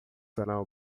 serão